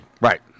Right